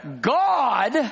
God